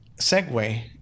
segue